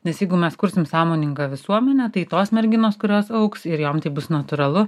nes jeigu mes kursim sąmoningą visuomenę tai tos merginos kurios augs ir jom tai bus natūralu